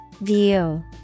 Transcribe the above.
View